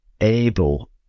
able